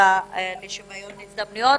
תהיי ראשונה,